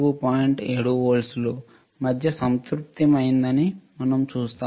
7 వోల్ట్లు వద్ద సంతృప్తమైందని మనం చూస్తాము